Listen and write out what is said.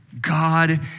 god